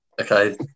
Okay